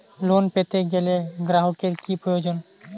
Loan পেতে গেলে গ্রাহকের কি প্রয়োজন?